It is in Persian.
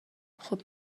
خوب